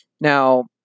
Now